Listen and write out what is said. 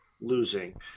losing